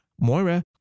Moira